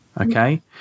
Okay